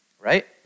right